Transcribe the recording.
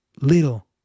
little